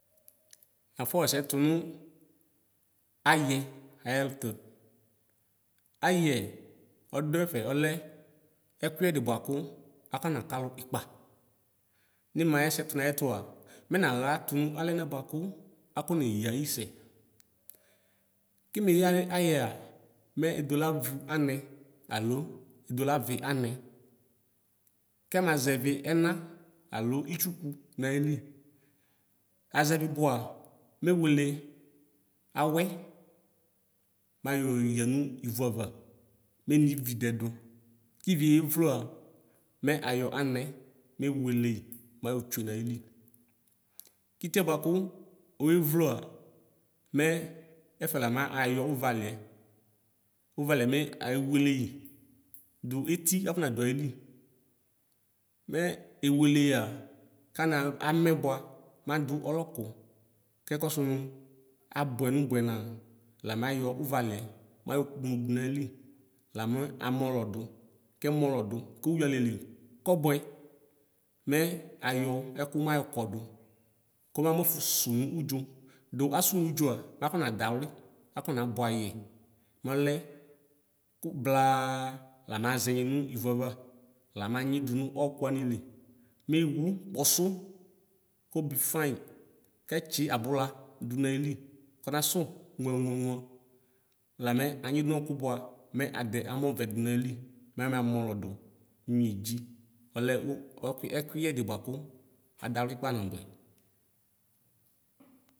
Nafɔ xɛsɛ tʋnʋ ayɛ ayɛt ayɛ ɔdʋɛfɛ ɔlɛ ɛkʋyɛdi bʋakʋ akɔ naka alʋ ikpa nimaxɛsɛ tʋnʋ ayɛtʋa mɛ naxa tʋnʋ alɛnɛ bʋakʋ akɔne yayi sɛ kemeya ayɛa mɛ ediolavʋ anɛ alo edolavi anɛ kɛmazɛvi ɛna alo itsʋkʋ nayili azɛvi bʋa mewele awɛ mayɔ yanʋ ivʋ ava nenivi dɛdʋ kivi yewloa mɛ ayɔ anɛ mewela yi meyotsʋe nayili kitiɛ bʋakʋ oyewloa mɛ ɛfɛla mayɔ ʋvaliɛ ʋvaliɛ mewele dʋ eti afɔnadʋ ayili me eweleyia kamɛ amɛ bʋa madʋ ɔlɔkʋ kɛkɔsʋ nʋ abʋɛ nʋbʋɛ na la mayɔ ʋvaliɛ mayɔ kpɔnʋ dʋ nayili lamɛ amɔlɔdʋ kemɔlɔ dʋ kowi alɛli kɔbʋɛ mɛ ayɔ ɛkʋmɛ ayɔkɔdʋ kɔmakɔf sʋnʋ ʋdzo dʋ asʋ nʋ ʋdzoa mafɔnadawli akɔnabʋɛ ayɛ malɛ kʋ blaa lama mazɛnyi nivʋava la manyi dʋnʋ ɔkʋ wani li mewʋ kpɔsʋ kobi fanyi kɛtsi abula dʋnʋ ayili kɔnasʋ ŋaŋaŋa lamɛ anyidʋ nokʋ bʋa mɛ adɛ amɔvɛ dʋnayili mɛma mɔlɔdʋ mʋ miedzi ɔlɛ ʋk ɔkʋ ɛkʋyɛ dibʋakʋ adawli kpa nabʋɛ.